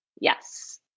Yes